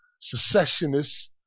secessionists